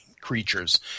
creatures